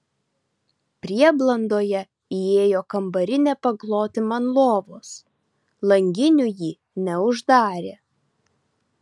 prieblandoje įėjo kambarinė pakloti man lovos langinių jį neuždarė